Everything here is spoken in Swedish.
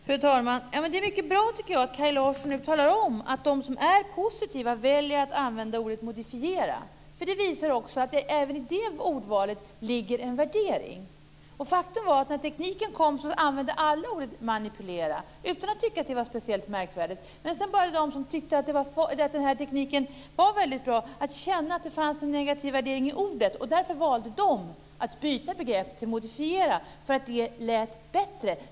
Fru talman! Jag tycker att det är mycket bra att Kaj Larsson nu talar om att de som är positiva väljer att använda ordet modifiera. Det visar att det även i det ordvalet ligger en värdering. Faktum är att när tekniken kom använde alla ordet manipulera utan att tycka att det var speciellt märkvärdigt. Men sedan började de som tyckte att den här tekniken var väldigt bra att känna att det fanns en negativ värdering i ordet, och därför valde de att byta begrepp till modifiera eftersom det lät bättre.